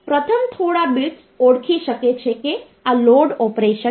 પ્રથમ થોડા બિટ્સ ઓળખી શકે છે કે આ લોડ ઓપરેશન છે